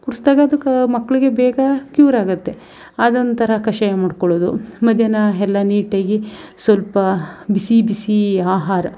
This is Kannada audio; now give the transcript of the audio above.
ಕುಡಿಸ್ದಾಗ ಅದು ಕ ಮಕ್ಕಳಿಗೆ ಬೇಗ ಕ್ಯೂರಾಗುತ್ತೆ ಅದೊಂಥರ ಕಷಾಯ ಮಾಡ್ಕೊಳೋದು ಮಧ್ಯಾಹ್ನ ಎಲ್ಲ ನೀಟಾಗಿ ಸ್ವಲ್ಪ ಬಿಸಿ ಬಿಸಿ ಆಹಾರ